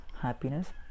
happiness